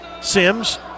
Sims